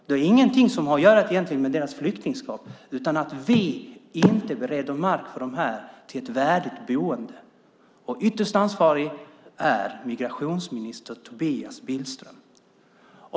Det har egentligen inget att göra med deras flyktingskap, utan det handlar om att vi inte bereder väg för dem till ett värdigt boende här. Ytterst ansvarig är migrationsminister Tobias Billström.